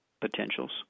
potentials